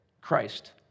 Christ